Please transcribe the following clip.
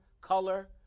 color